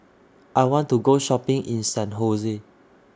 I want to Go Shopping in San Jose